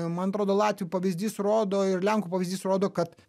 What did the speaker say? man atrodo latvių pavyzdys rodo ir lenkų pavyzdys rodo kad